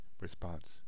Response